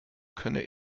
könne